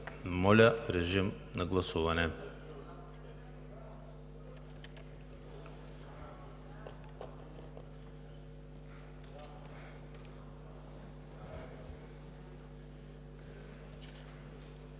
Моля, режим на гласуване